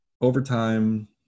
overtime